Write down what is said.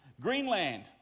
Greenland